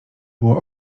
było